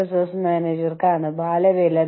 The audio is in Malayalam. ഞാൻ ഓർക്കുന്നു കാമ്പകോള